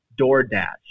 DoorDash